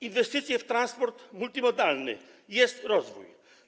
Inwestycje w transport multimodalny - jest rozwój.